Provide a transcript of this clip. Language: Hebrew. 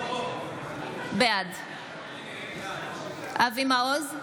בעד אבי מעוז,